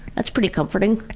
that's pretty comforting.